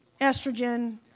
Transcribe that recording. estrogen